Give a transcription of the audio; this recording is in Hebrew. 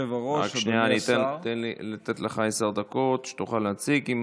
רק שנייה, תן לי לתת לך עשר דקות, שתוכל להציג.